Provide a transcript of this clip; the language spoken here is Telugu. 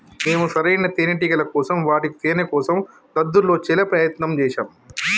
మేము సరైన తేనేటిగల కోసం వాటి తేనేకోసం దద్దుర్లు వచ్చేలా ప్రయత్నం చేశాం